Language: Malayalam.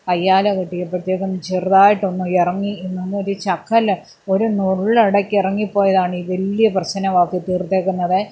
കയ്യാല കെട്ടിയപ്പോഴത്തേക്കും ചെറുതായിട്ടൊന്ന് ഇറങ്ങി എന്നെന്നൊരു ശകലം ഒരു നുള്ളിടയ്ക്ക് ഇറങ്ങിപ്പോയതാണ് ഈ വലിയ പ്രശ്നമാക്കി തീർത്തിരിക്കുന്നത്